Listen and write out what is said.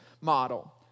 model